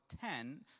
ten